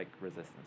resistance